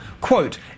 Quote